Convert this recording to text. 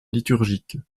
liturgique